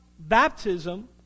baptism